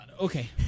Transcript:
Okay